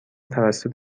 توسط